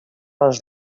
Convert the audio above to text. les